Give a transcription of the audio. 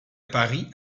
paris